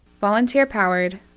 Volunteer-powered